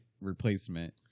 replacement